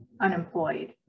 unemployed